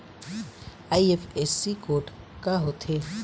IFSC code का होथे?